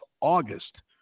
August